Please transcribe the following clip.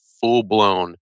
full-blown